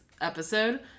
episode